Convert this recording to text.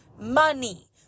money